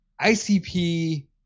ICP